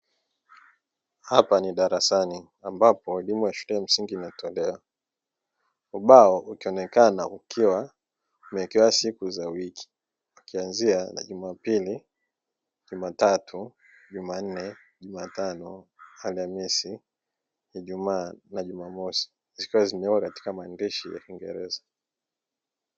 Hapa ni darasani ambapo elimu ya shule ya msingi inatolewa. Ubao ukionekana ukiwa umewekewa siku za wiki wakianzia na: jumapili, jumatatu, jumanne, jumatano, alhamisi, ijumaa na jumamosi zikiwa zimewekwa katika maandishi ya kiingereza.